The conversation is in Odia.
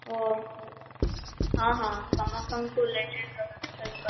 ଓହୋ ହଁ ହଁ ସମସ୍ତଙ୍କୁ ଲେଟ୍ରିନ୍ ର ବ୍ୟବସ୍ଥା ବି କରାହେବ